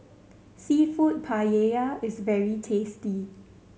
Seafood Paella is very tasty